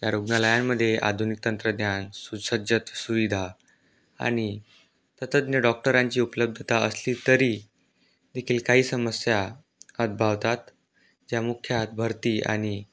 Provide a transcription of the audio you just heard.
या रुग्णालयांमध्ये आधुनिक तंत्रज्ञान सुसज्ज सुविधा आणि तज्ज्ञ डॉक्टरांची उपलब्धता असली तरी देखील काही समस्या उद्भवतात ज्या मुख्यतः भरती आणि